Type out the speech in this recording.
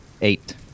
Eight